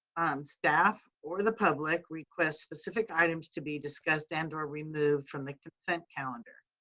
staff, or the public request specific items to be discussed and or removed from the consent calendar.